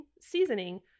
seasoning